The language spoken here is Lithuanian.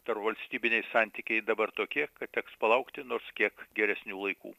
tarpvalstybiniai santykiai dabar tokie kad teks palaukti nors kiek geresnių laikų